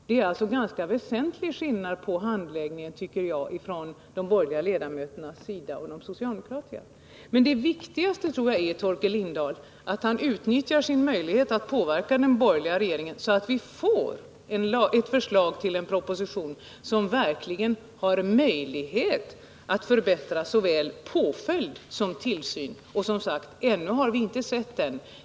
Det är således en ganska väsentlig skillnad mellan de borgerliga ledamöternas och de socialdemokratiska ledamöternas sätt att handlägga en fråga. Men det viktigaste tror jag är att Torkel Lindahl utnyttjar sin möjlighet att påverka den borgerliga regeringen så att vi får ett förslag till en proposition som verkligen gör det möjligt att förbättra såväl påföljd som tillsyn. Vi har som sagt ännu inte sett den.